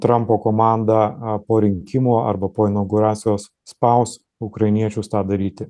trampo komanda po rinkimų arba po inauguracijos spaus ukrainiečius tą daryti